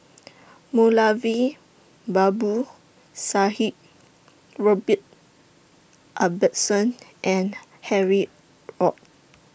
Moulavi Babu Sahib Robert Ibbetson and Harry ORD